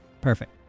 Perfect